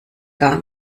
gar